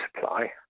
supply